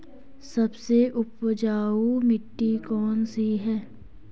सबसे उपजाऊ मिट्टी कौन सी है?